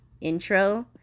intro